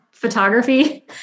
photography